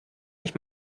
mich